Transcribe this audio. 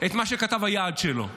את מה שכתב היעד שלו.